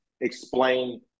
explain